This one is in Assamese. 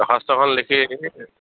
দৰ্খাস্তখন লিখি